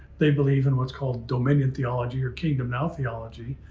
they believe in what's called dominion theology or kingdom now theology,